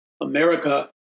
America